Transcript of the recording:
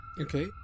Okay